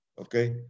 Okay